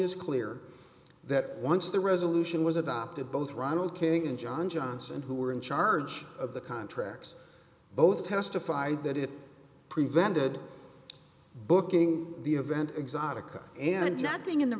is clear that once the resolution was adopted both ronald king and john johnson who were in charge of the contracts both testified that it prevented booking the event exotica and nothing in the